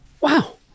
Wow